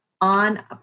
on